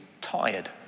tired